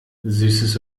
süßes